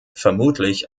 vermutlich